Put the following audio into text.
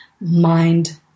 mind